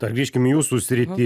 dar grįžkim jūsų sritį